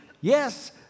Yes